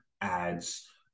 ads